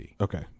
Okay